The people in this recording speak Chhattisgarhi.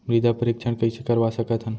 मृदा परीक्षण कइसे करवा सकत हन?